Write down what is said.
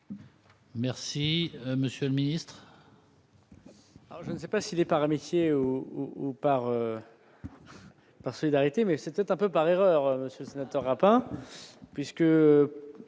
Merci monsieur le ministre.